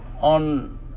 on